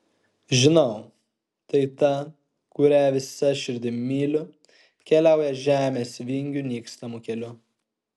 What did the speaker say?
žinau tai ta kurią visa širdim myliu keliauja žemės vingių nykstamu keliu